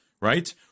right